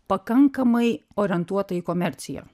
pakankamai orientuota į komerciją